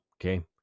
Okay